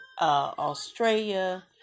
Australia